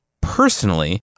Personally